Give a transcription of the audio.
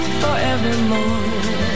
forevermore